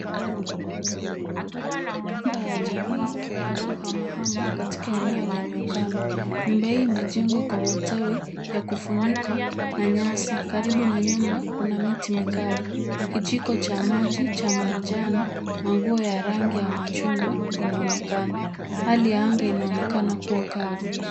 Nyumba ya jamii ya kuhamahama katika eneo lenye ukame. Nyumba hii imejengwa kwa matawi ya kufunikwa na nyasi karibu na nyumba kuna miti mikavu. Kijiko cha maji cha manjano na nguo ya rangi ya machungwa inaonekana. Hali ya anga inaonekana kuwa kavu.